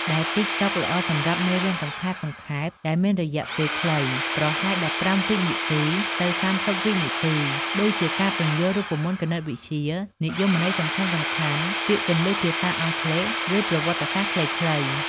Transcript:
ដែលតិកតុក ល្អសម្រាប់មេរៀនសង្ខេបៗដែលមានរយៈពេលខ្លី ប្រហែល១៥ វិនាទី ទៅ ៣០ វិនាទី ដូចជា ការពន្យល់រូបមន្តគណិតវិទ្យា និយមន័យសំខាន់ៗ ពាក្យគន្លឹះភាសាអង់គ្លេស ឬប្រវត្តិសាស្ត្រខ្លីៗ។